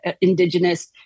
indigenous